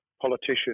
politician